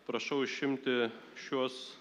prašau išimti šiuos